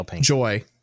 joy